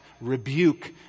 rebuke